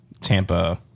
Tampa